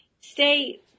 stay